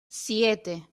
siete